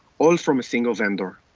all from a single vendor.